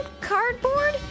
Cardboard